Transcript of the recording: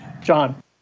John